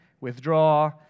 withdraw